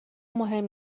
مهم